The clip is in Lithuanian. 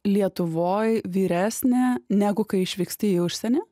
lietuvoj vyresnė negu kai išvyksti į užsienį